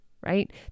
right